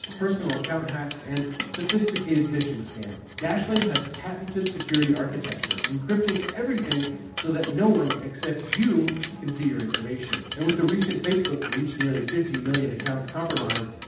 personal account hacks, and sophisticated phishing scams. dashlane has patented security architecture, encrypting everything so that no one except you can see your information. and with the recent facebook breach nearly fifty million accounts compromised,